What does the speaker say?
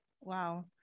Wow